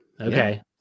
Okay